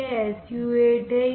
यह SU 8 है